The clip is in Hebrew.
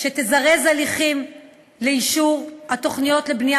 שתזרז הליכים לאישור התוכניות לבנייה